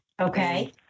Okay